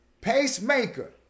pacemaker